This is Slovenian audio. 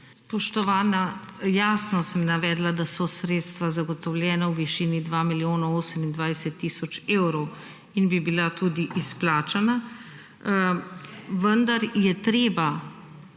Spoštovana! Jasno sem navedla, da so sredstva zagotovljena v višini 2 milijona 28 tisoč evrov in bi bila tudi izplačana, vendar je treba